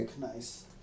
Nice